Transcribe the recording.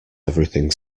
everything